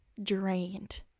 drained